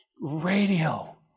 Radio